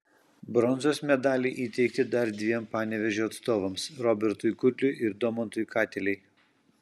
bronzos medaliai įteikti dar dviem panevėžio atstovams robertui kudliui ir domantui katelei